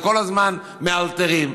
וכל הזמן מאלתרים.